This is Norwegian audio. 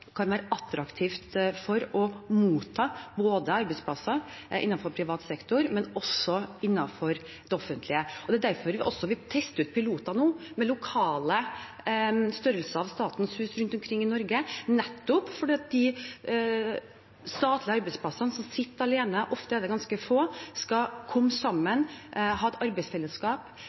kan være attraktivt for å motta arbeidsplasser både innenfor privat sektor og også innenfor det offentlige. Det er derfor vi også tester ut piloter med lokale størrelser av statens hus rundt omkring i Norge nå, nettopp fordi de statlige arbeidsplassene hvor man sitter alene – ofte er det ganske få – skal komme sammen, ha et arbeidsfellesskap,